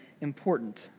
important